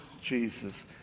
Jesus